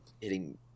hitting